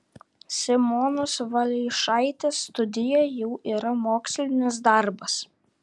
simonos valeišaitės studija jau yra mokslinis darbas